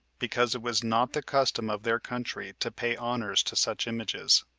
because it was not the custom of their country to pay honors to such images.